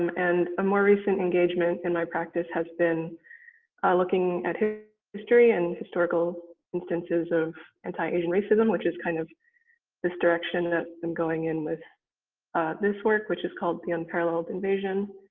and a more recent engagement in my practice has been looking at history and historical instances of anti-asian racism which is kind of this direction that i'm going in with this work, which is called the unparalleled invasion.